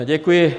Děkuji.